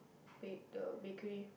bake the bakery